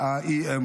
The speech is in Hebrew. חברי הכנסת,